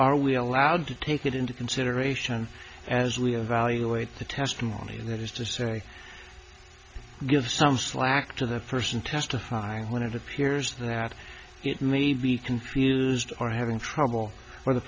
are we allowed to take it into consideration as we evaluate the testimony and that is to say give some slack to the person testifying when it appears that it may be confused or having trouble where the